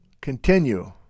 Continue